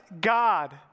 God